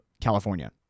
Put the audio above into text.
California